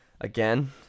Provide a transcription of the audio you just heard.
again